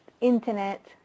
internet